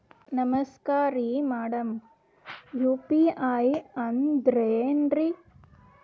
ನಮಸ್ಕಾರ್ರಿ madam UPI ಅಂದ್ರೆನ್ರಿ?